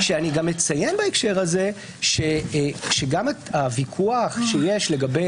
אני גם מציין בהקשר הזה שגם הוויכוח שיש לגבי